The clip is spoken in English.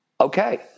okay